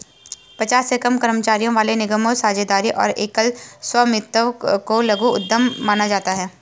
पचास से कम कर्मचारियों वाले निगमों, साझेदारी और एकल स्वामित्व को लघु उद्यम माना जाता है